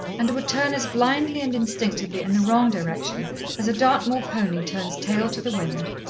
and would turn as blindly and instinctively in the wrong direction as a dartmoor pony turns tail to the wind.